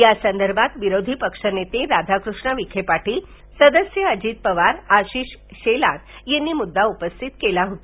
यासंदर्भात विरोधी पक्षनेते राधाकृष्ण विखे पाटील सदस्य वजित पवार व्याशिष शेलार यांनी मुद्दा उपस्थित केला होता